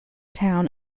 town